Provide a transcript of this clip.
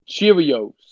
Cheerios